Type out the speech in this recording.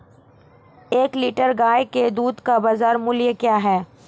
एक लीटर गाय के दूध का बाज़ार मूल्य क्या है?